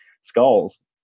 skulls